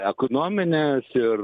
ekonominės ir